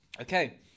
Okay